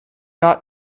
not